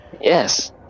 Yes